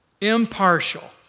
impartial